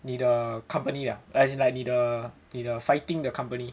你的 company ah as in like 你的 fighting 的 company